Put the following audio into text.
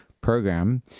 program